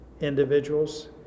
individuals